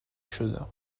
شدم